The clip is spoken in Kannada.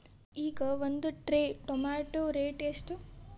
ಈಗ ಒಂದ್ ಟ್ರೇ ಟೊಮ್ಯಾಟೋ ರೇಟ್ ಎಷ್ಟ?